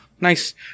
Nice